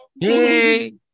Hey